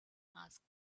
asked